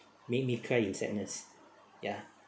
made me cry in sadness ya